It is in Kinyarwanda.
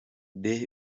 des